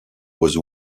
was